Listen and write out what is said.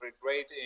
great